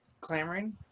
clamoring